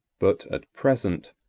but, at present,